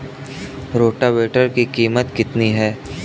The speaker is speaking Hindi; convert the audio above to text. रोटावेटर की कीमत कितनी है?